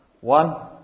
One